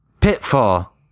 Pitfall